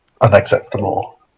Unacceptable